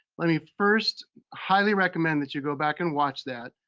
let me first highly recommend that you go back and watch that.